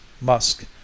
musk